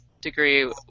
degree